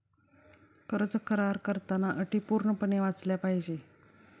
कर्ज करार करताना अटी पूर्णपणे वाचल्या पाहिजे